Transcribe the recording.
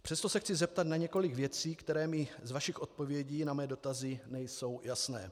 Přesto se chci zeptat na několik věcí, které mi z vašich odpovědí na mé dotazy nejsou jasné.